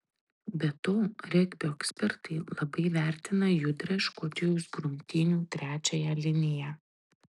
be to regbio ekspertai labai vertina judrią škotijos grumtynių trečiąją liniją